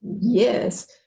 Yes